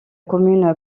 commune